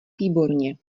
výborně